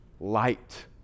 light